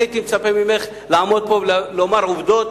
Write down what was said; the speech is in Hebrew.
אני הייתי מצפה ממך לעמוד פה ולומר עובדות